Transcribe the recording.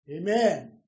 Amen